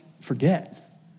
forget